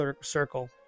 circle